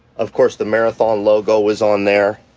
of course the marathon logo is on there.